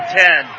ten